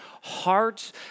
hearts